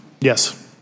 Yes